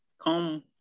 Come